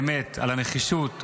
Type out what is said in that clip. באמת על הנחישות,